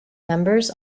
members